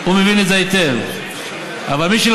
הוא מבין את זה היטב.